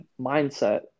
mindset